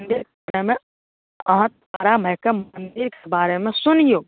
से पहिने अहाँ तारा माइके मन्दिरके बारेमे सुनिऔ